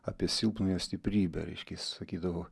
apie silpnojo stiprybę reiškia jis sakydavo